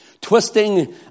Twisting